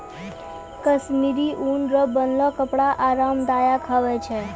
कश्मीरी ऊन रो बनलो कपड़ा आराम दायक हुवै छै